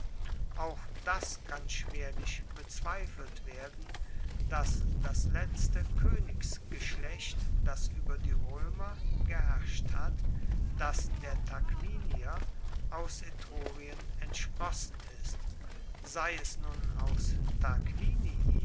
auch das kann schwerlich bezweifelt werden dass das letzte koenigsgeschlecht das ueber die roemer geherrscht hat das der tarquinier aus etrurien entsprossen ist sei es nun aus